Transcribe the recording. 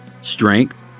strength